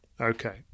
Okay